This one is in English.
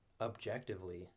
objectively